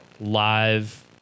live